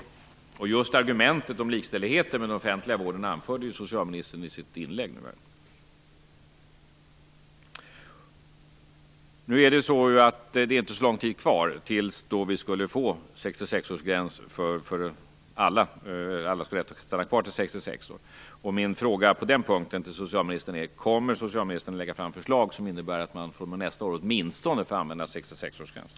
Socialministern anförde just argumentet om likställigheten med den offentliga vården i sitt inlägg. Det är inte så lång tid kvar tills då vi skulle få 66 årsgräns för alla, dvs. att alla skulle ha rätt att stanna kvar till 66 år. Min fråga på den punkten till socialministern är: Kommer socialministern att lägga fram förslag som innebär att man fr.o.m. nästa år åtminstone får använda 66-årsgränsen?